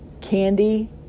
Candy